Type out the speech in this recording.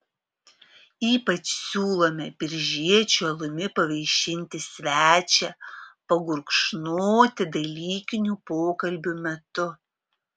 ypač siūlome biržiečių alumi pavaišinti svečią pagurkšnoti dalykinių pokalbių metu